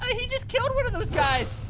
he just killed one of those guys!